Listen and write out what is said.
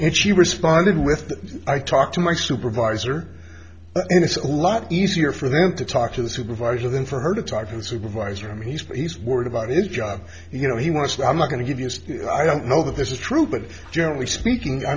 it she responded with i talked to my supervisor and it's all a lot easier for them to talk to the supervisor than for her to talk to her supervisor i mean he's he's worried about is job you know he wants i'm not going to give us i don't know that this is true but generally speaking i